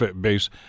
base